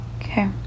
Okay